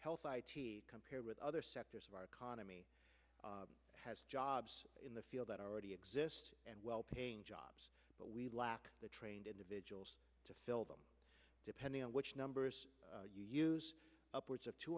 health compare with other sectors of our economy has jobs in the field that already exists and well paying jobs but we lack the trained individuals to fill them depending on which numbers you use upwards of two